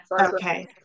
Okay